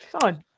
Fine